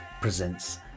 presents